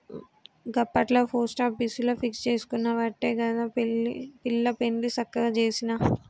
గప్పట్ల పోస్టాపీసుల ఫిక్స్ జేసుకునవట్టే గదా పిల్ల పెండ్లి సక్కగ జేసిన